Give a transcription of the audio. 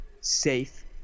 safe